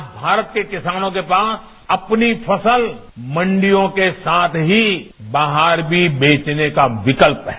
आज भारत के किसानों के पास अपनी फसल मंडियों के साथ ही बाहर भी बेचने का विकल्प है